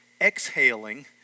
exhaling